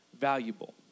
valuable